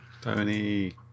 Tony